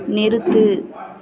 நிறுத்து